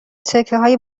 تکههای